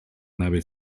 nave